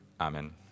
Amen